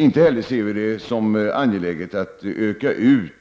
Inte heller anser vi att det är angeläget att utöka antalet